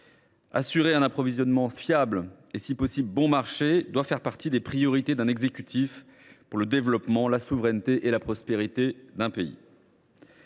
Assurer un approvisionnement fiable et, si possible, bon marché doit faire partie des priorités d’un exécutif pour le développement, la souveraineté et la prospérité d’un pays.